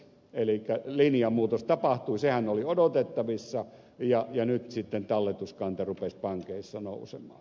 elikkä linjanmuutos tapahtui sehän oli odotettavissa ja nyt sitten talletuskanta rupesi pankeissa nousemaan